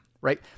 right